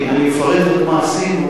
אני מפרט את מה שעשינו.